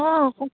অঁ